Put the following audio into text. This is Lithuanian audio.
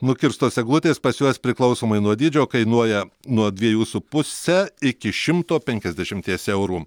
nukirstos eglutės pas juos priklausomai nuo dydžio kainuoja nuo dviejų su puse iki šimto penkiasdešimties eurų